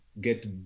get